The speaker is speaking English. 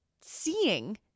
seeing